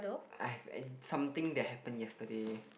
I have uh something that happen yesterday